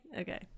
Okay